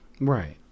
Right